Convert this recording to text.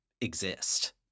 exist